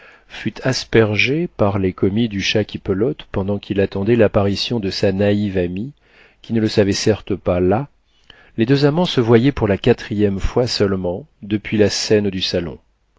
fut aspergé par les commis du chat qui pelote pendant qu'il attendait l'apparition de sa naïve amie qui ne le savait certes pas là les deux amants se voyaient pour la quatrième fois seulement depuis la scène du salon